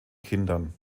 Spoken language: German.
kindern